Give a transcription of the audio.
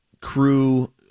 crew